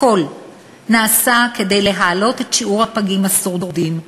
הכול נעשה כדי להעלות את שיעור הפגים השורדים,